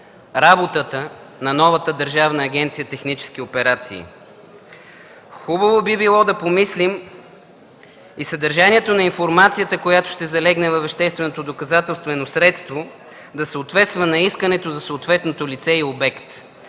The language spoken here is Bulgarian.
работата на новата Държавна агенция „Технически операции”. Хубаво би било да помислим и съдържанието на информацията, която ще залегне във вещественото доказателствено средство, да съответства на искането за съответното лице и обект